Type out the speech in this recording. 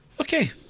Okay